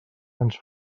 ens